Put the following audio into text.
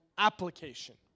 Application